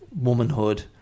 womanhood